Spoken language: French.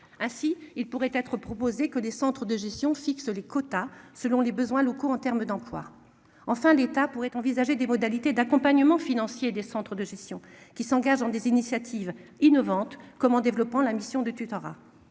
Ainsi il pourrait être proposé que des centres de gestion fixe les quotas selon les besoins locaux, en terme d'emplois. Enfin, l'État pourrait envisager des modalités d'accompagnement financier des centres de gestion qui s'engagent dans des initiatives innovantes comme en développant la mission de tutorat.